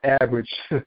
average